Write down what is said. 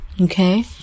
okay